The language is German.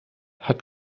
hat